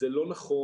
זה לא נכון.